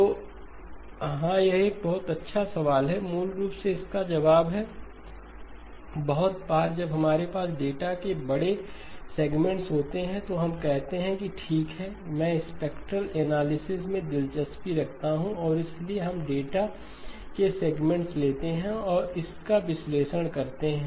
तो हाँ यह एक बहुत अच्छा सवाल है मूल रूप से इसका जवाब है बहुत बार जब हमारे पास डेटा के बड़े सेग्मेंट्स होते हैं तो हम कहते हैं कि ठीक है कि मैं स्पेक्ट्रेल एनालिसिस में दिलचस्पी रखता हूं और इसलिए हम डेटा के सेग्मेंट्स लेते हैं और इसका विश्लेषण करते हैं